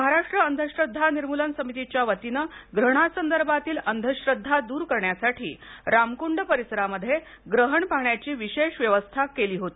महाराष्ट्र अंधश्रद्वा निर्मूलन समितीच्या वतीने ग्रहणा संदर्भातील अंधश्रद्वा दूर करण्यासाठी रामकुंड परिसरामध्ये ग्रहण पाहण्याची विशेष व्यवस्था करण्यात आली होती